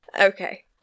Okay